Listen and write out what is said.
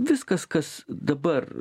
viskas kas dabar